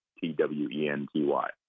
T-W-E-N-T-Y